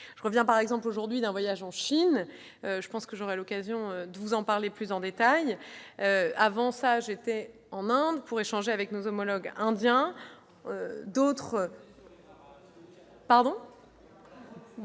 Je reviens par exemple aujourd'hui d'un voyage en Chine. Je pense que j'aurai l'occasion de vous en parler plus en détail. Avant cela, j'étais en Inde pour échanger avec nos homologues indiens. Vous n'étiez